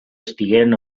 estigueren